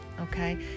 Okay